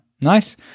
Nice